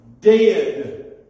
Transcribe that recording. dead